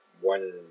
one